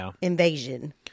invasion